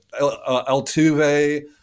Altuve